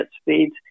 speeds